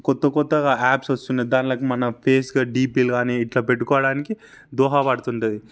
కొత్తకొత్తగా apps వస్తున్నాయి దానిలోకి మన ఫేస్గా డీపీలు కానీ ఇట్లా పెట్టుకోవడానికి దోహదపడుతుంటది